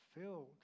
filled